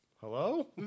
Hello